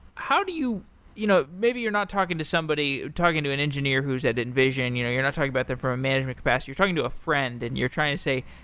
how do you you know maybe you're not talking to somebody, talking to an engineering who's at invision. you know you're not talking about them from a management capacity. you're talking to a friend and you're trying to say,